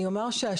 אני אומר שהשנה